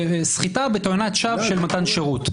סחיטה בתואנת שווא של מתן שירות.